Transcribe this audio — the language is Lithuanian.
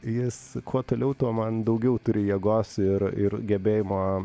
jis kuo toliau tuo man daugiau turi jėgos ir ir gebėjimo